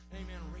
amen